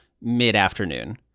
mid-afternoon